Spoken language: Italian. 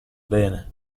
bene